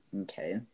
Okay